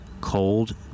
cold